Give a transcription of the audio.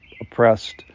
oppressed